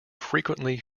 frequently